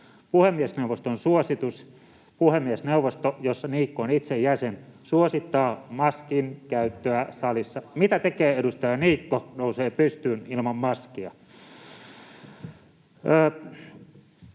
puhemiesneuvosto, jossa Niikko on itse jäsen, suosittaa maskin käyttöä salissa. Ja mitä tekee edustaja Niikko? Nousee pystyyn ilman maskia.